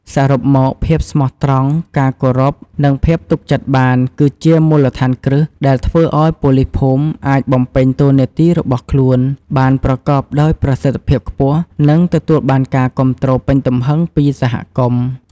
សរុបមក ភាពស្មោះត្រង់ ការគោរព និងភាពទុកចិត្តបាន គឺជាមូលដ្ឋានគ្រឹះ ដែលធ្វើឱ្យប៉ូលីសភូមិអាចបំពេញតួនាទីរបស់ខ្លួនបានប្រកបដោយប្រសិទ្ធភាពខ្ពស់ និងទទួលបានការគាំទ្រពេញទំហឹងពីសហគមន៍។